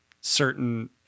certain